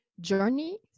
journey